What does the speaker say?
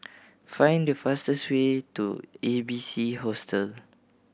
find the fastest way to A B C Hostel